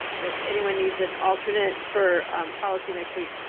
if anyone needs an alternate for policy next week,